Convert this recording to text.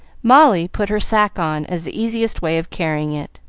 molly put her sack on as the easiest way of carrying it,